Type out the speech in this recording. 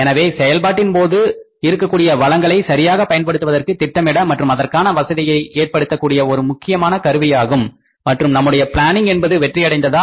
எனவே செயல்பாட்டின்போது இருக்கக்கூடிய வளங்கலை சரியாக பயன்படுத்துவதற்கு திட்டமிட மற்றும் அதற்கான வசதியை ஏற்படுத்த கூடிய ஒரு முக்கியமான கருவியாகும் மற்றும் நம்முடைய பிளானிங் என்பது வெற்றியடைந்ததா